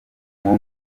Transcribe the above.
nko